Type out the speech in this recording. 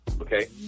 Okay